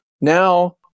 now